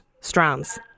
strands